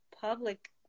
public